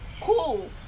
cool